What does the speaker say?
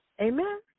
Amen